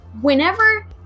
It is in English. whenever